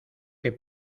que